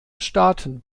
staaten